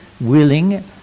Willing